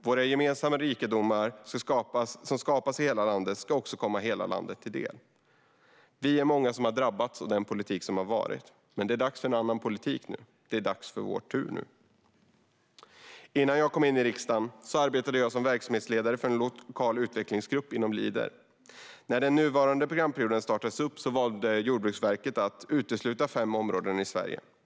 Våra gemensamma rikedomar som skapas i hela landet ska också komma hela landet till del. Vi är många som har drabbats av den politik som har varit, men nu är det dags för en annan politik. Nu är det vår tur. Innan jag kom in i riksdagen arbetade jag som verksamhetsledare åt en lokal utvecklingsgrupp inom Leader. När den nuvarande programperioden startades upp valde Jordbruksverket att utesluta fem områden i Sverige.